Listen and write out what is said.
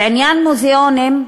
מוזיאונים,